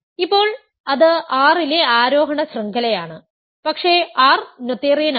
ഇപ്പോൾ അത് R ലെ ആരോഹണ ശൃംഖലയാണ് പക്ഷേ R നോതേറിയൻ ആണ്